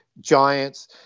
giants